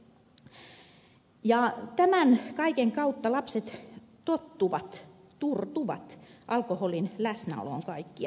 tämän kaiken kautta lapset tottuvat turtuvat alkoholin läsnäoloon kaikkialla